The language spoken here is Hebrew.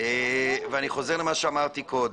ואני חוזר למה שאמרתי קודם,